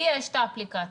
לי יש את האפליקציה,